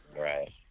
right